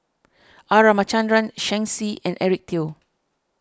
R Ramachandran Shen Xi and Eric Teo